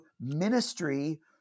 ministry